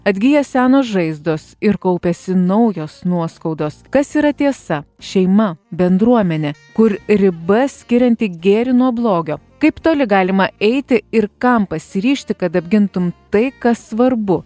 atgyja senos žaizdos ir kaupiasi naujos nuoskaudos kas yra tiesa šeima bendruomenė kur riba skirianti gėrį nuo blogio kaip toli galima eiti ir kam pasiryžti kad apgintum tai kas svarbu